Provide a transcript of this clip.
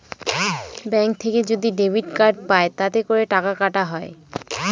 bank থেকে যদি debit card পাই তাতে করে টাকা কাটা হয়